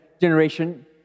generation